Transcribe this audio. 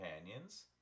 companions